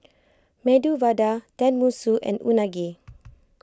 Medu Vada Tenmusu and Unagi